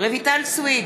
רויטל סויד,